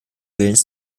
willens